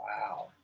Wow